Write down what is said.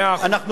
נכון, מאה אחוז.